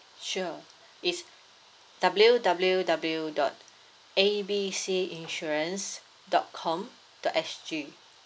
sure it's W W W dot A B C insurance dot com dot S_G